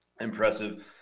impressive